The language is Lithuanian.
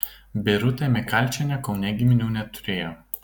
birutė mikalčienė kaune giminių neturėjo